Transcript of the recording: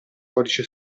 codice